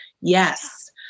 Yes